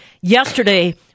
Yesterday